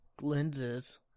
lenses